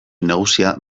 nagusia